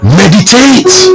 meditate